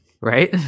Right